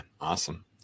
awesome